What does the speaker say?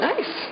Nice